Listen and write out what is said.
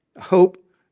hope